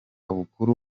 bukuru